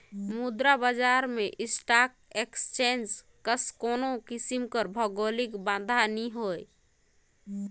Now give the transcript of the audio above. मुद्रा बजार में स्टाक एक्सचेंज कस कोनो किसिम कर भौगौलिक बांधा नी होए